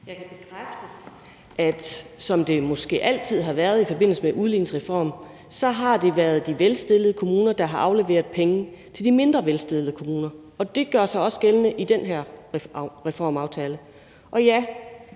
Jeg kan bekræfte, at det – sådan som det måske altid har været i forbindelse med en udligningsreform – har været de velstillede kommuner, der har afleveret penge til de mindre velstillede kommuner. Det gør sig også gældende i den her reformaftale.